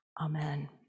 Amen